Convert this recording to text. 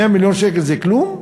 100 מיליון שקל זה כלום?